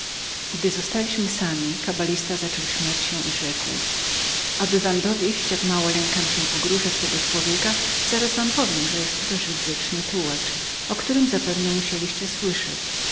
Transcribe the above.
zostaliśmy sami kabalista zaczął śmiać się i rzekł aby wam dowieść jak mało lękam się pogróżek tego człowieka zaraz wam powiem że to jest żyd wieczny tułacz o którym zapewne musieliście słyszeć